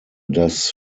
dass